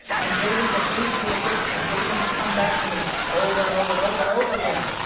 i'm building behavioural addiction. i'm getting them to come back to me over and over and over and over again.